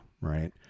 right